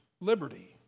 liberty